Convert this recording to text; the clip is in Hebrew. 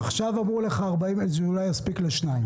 עכשיו אמרו לך שאולי זה יספיק לשניים.